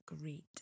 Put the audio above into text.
great